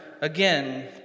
again